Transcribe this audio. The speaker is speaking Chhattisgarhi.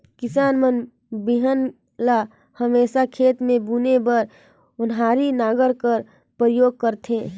किसान मन बीहन ल हमेसा खेत मे बुने बर ओन्हारी नांगर कर परियोग करथे